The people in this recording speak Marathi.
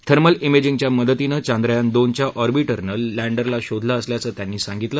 थर्मल मेजिंगच्या मदतीनं चांद्रयान दोनच्या ऑर्बिटरनं लँडरला शोधलं असल्याचं त्यांनी सांगितलं